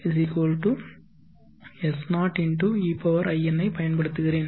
n ஐப் பயன்படுத்துகிறேன்